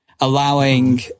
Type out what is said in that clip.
Allowing